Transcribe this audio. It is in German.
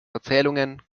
erzählungen